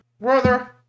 Brother